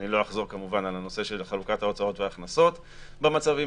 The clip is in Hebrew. לא אחזור כמובן על הנושא של חלוקת ההוצאות וההכנסות במצבים